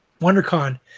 WonderCon